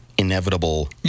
inevitable